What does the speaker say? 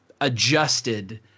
adjusted